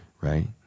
right